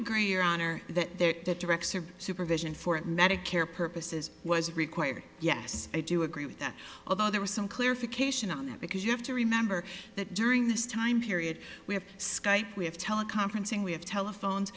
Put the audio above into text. agree your honor that there that directs or supervision for medicare purposes was required yes i do agree with that although there was some clarification on that because you have to remember that during this time period we have skype we have teleconferencing we have telephones